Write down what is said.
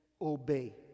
obey